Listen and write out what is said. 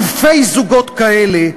אלפי זוגות כאלה,